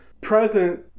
present